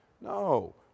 No